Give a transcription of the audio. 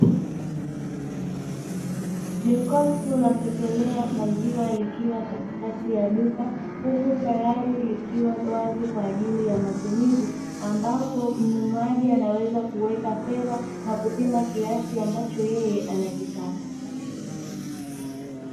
Jokofu la kutolea maziwa likiwa katikati ya duka huku tayari likiwa wazi kwa jaili ya matumizi, ambapo mnunuaji anaweza kuweka fedha na kupima kiasi ambacho yeye anakitaka.